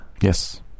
Yes